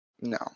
No